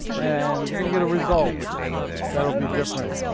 and you're gonna get a result that'll be different.